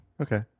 Okay